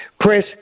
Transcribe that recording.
Chris